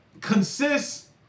consists